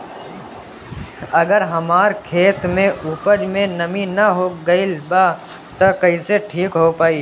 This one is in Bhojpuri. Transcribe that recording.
अगर हमार खेत में उपज में नमी न हो गइल बा त कइसे ठीक हो पाई?